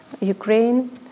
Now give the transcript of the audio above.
Ukraine